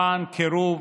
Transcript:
למען קירוב,